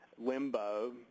limbo